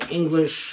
English